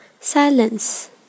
silence